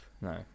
no